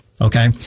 Okay